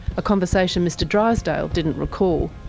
a conversation mr drysdale didn't recall.